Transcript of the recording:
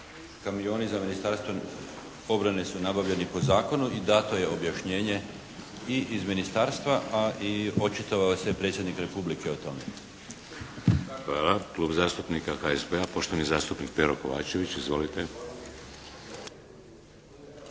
Kamioni za Ministarstvo obrane su nabavljeni po zakonu i dato je objašnjenje i iz ministarstva, a i očitovao se i predsjednik Republike o tome. **Šeks, Vladimir (HDZ)** Hvala. Klub zastupnika HSP-a., poštovani zastupnik Pero Kovačević. Izvolite.